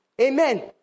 Amen